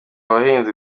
abahinzi